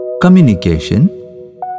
Communication